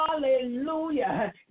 Hallelujah